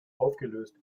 aufgelöst